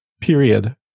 period